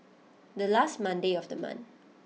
the last Monday of the month